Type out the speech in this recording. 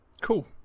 Cool